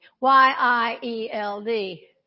Y-I-E-L-D